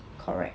correct